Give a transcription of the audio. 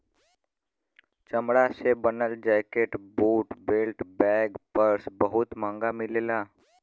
चमड़ा से बनल jacket, boot, belt, bag, purse बहुत महंग मिलला